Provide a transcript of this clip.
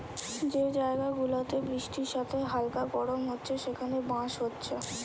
যে জায়গা গুলাতে বৃষ্টির সাথে হালকা গরম হচ্ছে সেখানে বাঁশ হচ্ছে